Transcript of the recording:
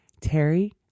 Terry